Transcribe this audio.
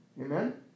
Amen